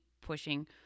pushing